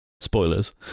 spoilers